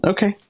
Okay